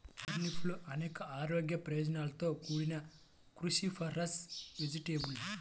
టర్నిప్లు అనేక ఆరోగ్య ప్రయోజనాలతో కూడిన క్రూసిఫరస్ వెజిటేబుల్